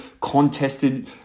contested